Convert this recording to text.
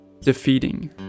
defeating